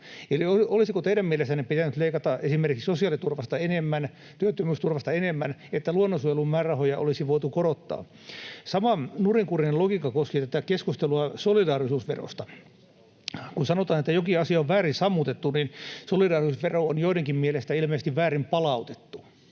Eli olisiko teidän mielestänne pitänyt leikata esimerkiksi sosiaaliturvasta enemmän, työttömyysturvasta enemmän, että luonnonsuojelun määrärahoja olisi voitu korottaa? Sama nurinkurinen logiikka koskee tätä keskustelua solidaarisuusverosta. Kun sanotaan, että jokin asia on väärin sammutettu, niin solidaarisuusvero on joidenkin mielestä ilmeisesti väärin palautettu.